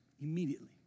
immediately